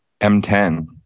M10